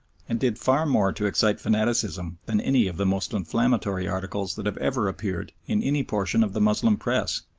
and did far more to excite fanaticism than any of the most inflammatory articles that have ever appeared in any portion of the moslem press.